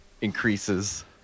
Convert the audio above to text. increases